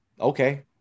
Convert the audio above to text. okay